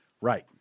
Right